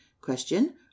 question